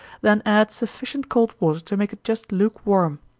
then add sufficient cold water to make it just lukewarm.